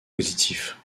positif